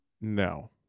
No